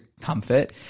comfort